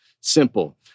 simple